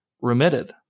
remitted